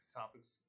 topics